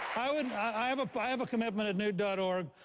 i would i have i have a commitment at newt but org,